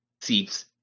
seeps